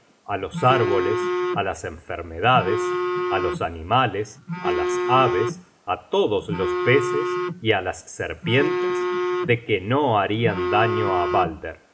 á los árboles á las enfermedades á los animales á las aves á todos los peces y á las serpientes de que no harian daño á balder